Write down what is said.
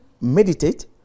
meditate